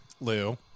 lou